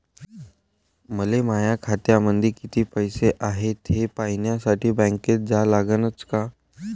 मले माया खात्यामंदी कितीक पैसा हाय थे पायन्यासाठी बँकेत जा लागनच का?